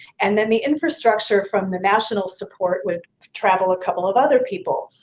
and then the infrastructure from the national support would travel a couple of other people.